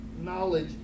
knowledge